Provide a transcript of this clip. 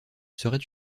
serait